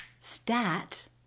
stat